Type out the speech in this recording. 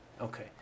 Okay